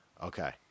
Okay